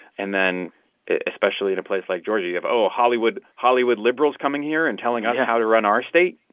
and then especially in a place like georgia, you have oh, hollywood hollywood liberals coming here and telling us. yeah. how to run our state.